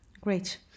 Great